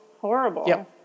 horrible